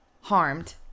harmed